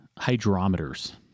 hydrometers